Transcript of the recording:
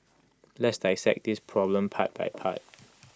let's dissect this problem part by part